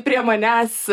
prie manęs